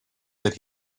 that